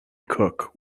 cook